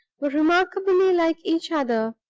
were remarkably like each other.